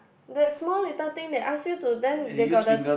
that small little thing they ask you to then they got the